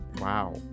Wow